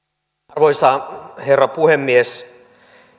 arvoisa herra puhemies